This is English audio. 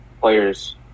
players